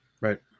right